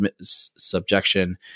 subjection